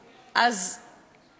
אני מבקשת מעל הבמה: